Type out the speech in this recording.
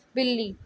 ਬਿੱਲੀ